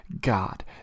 God